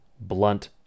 blunt